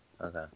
Okay